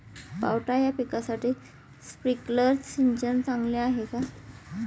पावटा या पिकासाठी स्प्रिंकलर सिंचन चांगले आहे का?